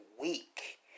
week